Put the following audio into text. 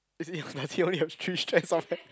is in your does he only have three strands of hair